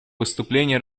выступления